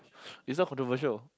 it's not controversial